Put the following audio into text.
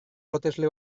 lotesle